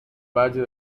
valle